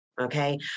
Okay